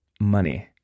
money